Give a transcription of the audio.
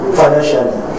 financially